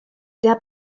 der